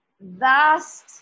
vast